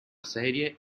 serie